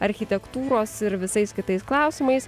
architektūros ir visais kitais klausimais